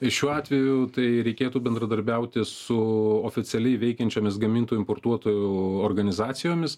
šiuo atveju tai reikėtų bendradarbiauti su oficialiai veikiančiomis gamintojų importuotojų organizacijomis